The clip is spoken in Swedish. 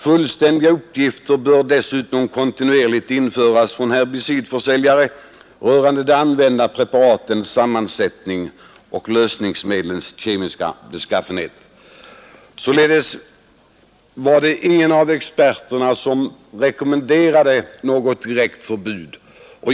Fullständiga uppgifter bör dessutom kontinuerligt infordras från herbicidförsäljare rörande de använda preparatens sammansättning och lösningsmedlens kemiska beskaffenhet.” Det var således ingen av experterna som rekommenderade något direkt förbud.